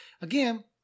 again